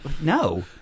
No